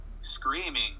screaming